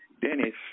Dennis